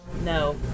No